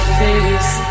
face